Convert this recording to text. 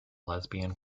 lesbian